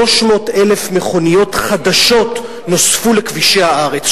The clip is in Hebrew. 300,000 מכוניות חדשות נוספו לכבישי הארץ.